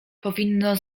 powinno